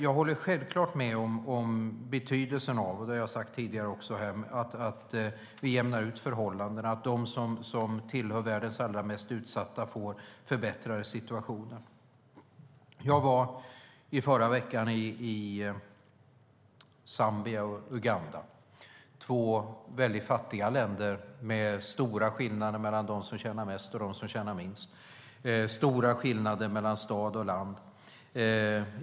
Jag håller självklart med om betydelsen av, vilket jag har sagt tidigare, att vi jämnar ut förhållandena så att de som tillhör världens allra mest utsatta får en förbättrad situation. Jag var i förra veckan i Zambia och Uganda som är två mycket fattiga länder med stora skillnader mellan dem som tjänar mest och dem som tjänar minst och med stora skillnader mellan stad och land.